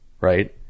right